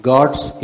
God's